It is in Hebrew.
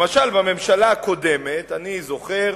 למשל, בממשלה הקודמת, אני זוכר